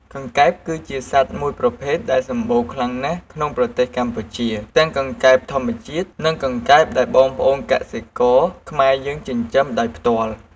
កង្កែប គឺជាសត្វមួយប្រភេទដែលសម្បូរខ្លាំងណាស់ក្នុងប្រទេសកម្ពុជា ទាំងកង្កែបធម្មជាតិ និងកង្កែបដែលបងប្អូនកសិករខ្មែរយើងចិញ្ចឹមដោយផ្ទាល់។